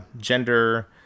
gender